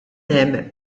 hemm